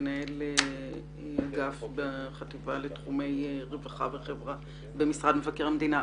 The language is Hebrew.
מנהל אגף בחטיבה לתחומי רווחה וחברה במשרד מבקר המדינה.